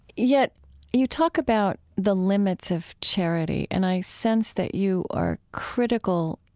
yet you talk about the limits of charity, and i sense that you are critical,